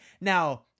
Now